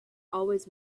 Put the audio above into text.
always